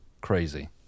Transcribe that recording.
crazy